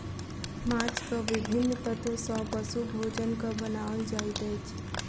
माँछक विभिन्न तत्व सॅ पशु भोजनक बनाओल जाइत अछि